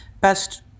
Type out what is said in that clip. best